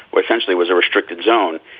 which essentially was a restricted zone.